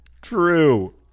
true